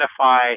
identify